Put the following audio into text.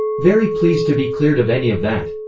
very pleased to be cleared of any of that.